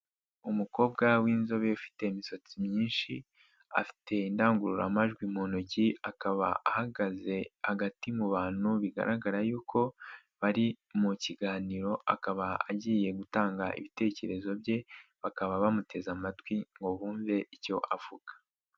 Umukobwa w'inzobe ufite imisatsi myinshi afite indangururamajwi mu ntoki akaba ahagaze hagati mu bantu bigaragara yuko bari mu kiganiro akaba agiye gutanga ibitekerezo bye, bakaba bamuteze amatwi ngo bumve icyo avuga.